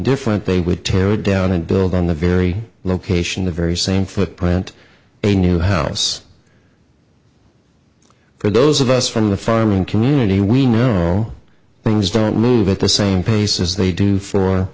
different they would tear it down and build on the very location the very same footprint a new house for those of us from the farming community we know things don't move at the same places they do for